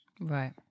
Right